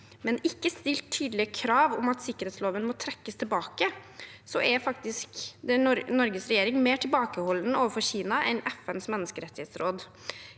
men ikke stilte tydelige krav om at den må trekkes tilbake, er faktisk Norges regjering mer tilbakeholden overfor Kina enn FNs menneskerettighetsråd.